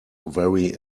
very